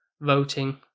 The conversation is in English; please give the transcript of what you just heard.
voting